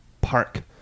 park